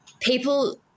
people